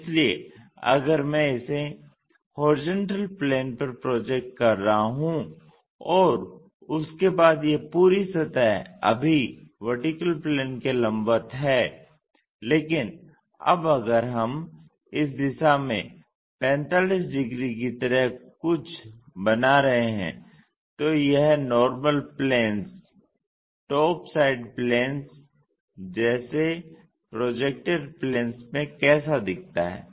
इसलिए अगर मैं इसे HP पर प्रोजेक्ट कर रहा हूं और उसके बाद यह पूरी सतह अभी VP के लंबवत है लेकिन अब अगर हम इस दिशा में 45 डिग्री की तरह कुछ बना रहे हैं तो यह normal planes top side planes जैसे प्रोजेक्टेड प्लेंस में कैसा दिखता है